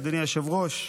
אדוני היושב-ראש,